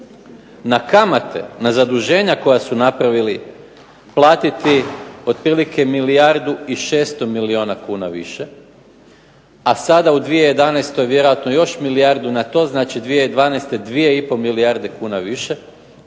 na kamate, na zaduženja koja su napravili platiti otprilike milijardu i 600 milijuna kuna više, a u 2011. još milijardu na to, znači 2012. 2,5 milijarde kuna više,